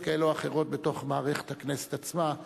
כאלה או אחרות בתוך מערכת הכנסת עצמה,